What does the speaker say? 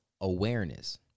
awareness